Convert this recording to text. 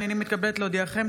הינני מתכבדת להודיעכם,